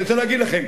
אני רוצה להגיד לכם,